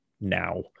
now